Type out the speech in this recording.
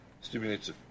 stimulates